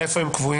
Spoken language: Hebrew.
איפה הם קבועים?